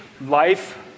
life